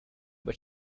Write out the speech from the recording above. but